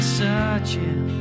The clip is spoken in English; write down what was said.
searching